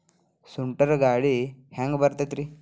ಸುಂಟರ್ ಗಾಳಿ ಹ್ಯಾಂಗ್ ಬರ್ತೈತ್ರಿ?